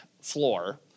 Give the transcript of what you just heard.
floor